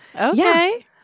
Okay